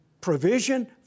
provision